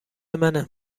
منه